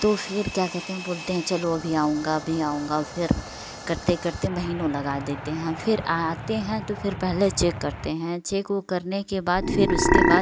तो फिर क्या कहते हैं बोलते हैं चलो अभी आऊँगा अभी आऊँगा फिर करते करते महीनों लगा देते हैं फिर आते हैं तो फिर पहले चेक करते हैं चेक ओक करने के बाद फिर उसके बाद